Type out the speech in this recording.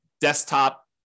desktop